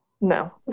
No